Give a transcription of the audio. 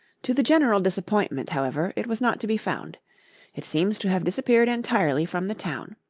to the general disappointment, however, it was not to be found it seems to have disappeared entirely from the town.